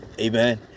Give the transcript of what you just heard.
Amen